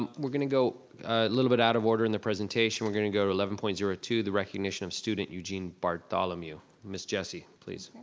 um we're gonna go a little bit out of order in the presentation, we're gonna go to eleven point zero two, the recognition of student eugene bartholomew. miss jessie, please.